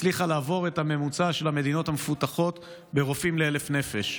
הצליחה לעבור את הממוצע של המדינות המפותחות ברופאים ל-1,000 נפש.